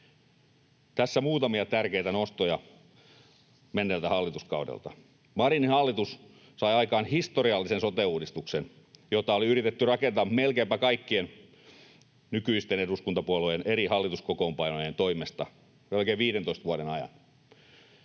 Tässä muutamia tärkeitä nostoja menneeltä hallituskaudelta: Marinin hallitus sai aikaan historiallisen sote-uudistuksen, jota oli yritetty rakentaa melkeinpä kaikkien nykyisten eduskuntapuolueiden ja eri hallituskokoonpanojen toimesta melkein 15 vuoden ajan.